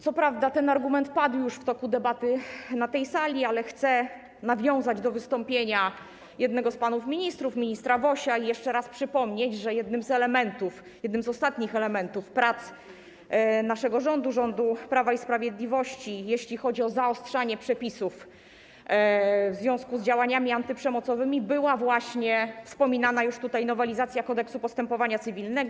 Co prawda ten argument padł już w toku debaty na tej sali, ale chcę nawiązać do wystąpienia jednego z panów ministrów, ministra Wosia, i jeszcze raz przypomnieć, że jednym z elementów, jednym z ostatnich elementów prac naszego rządu, rządu Prawa i Sprawiedliwości, jeśli chodzi o zaostrzanie przepisów w związku z działaniami antyprzemocowymi, była właśnie wspominana już tutaj nowelizacja Kodeksu postępowania cywilnego.